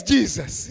Jesus